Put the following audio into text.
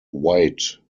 wight